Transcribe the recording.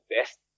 best